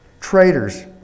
traitors